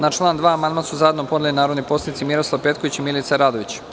Na član 2. amandman su zajedno podneli narodni poslanici Miroslav Petković i Milica Radović.